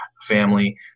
family